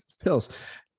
Pills